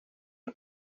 rwo